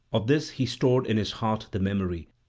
of this he stored in his heart the memory,